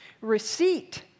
Receipt